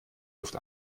luft